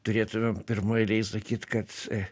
turėtumėm pirmoj eilėj sakyt kad